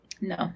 No